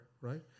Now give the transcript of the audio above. right